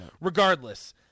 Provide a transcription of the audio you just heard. regardless